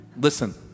Listen